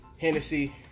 Hennessy